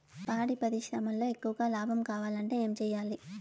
పాడి పరిశ్రమలో ఎక్కువగా లాభం కావాలంటే ఏం చేయాలి?